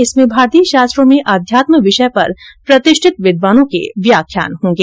इसमें भारतीय शास्त्रों में आध्यात्म विषय पर प्रतिष्ठित विद्वानों के व्याख्यान होंगे